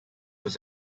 was